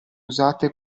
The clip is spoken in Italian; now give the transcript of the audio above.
usate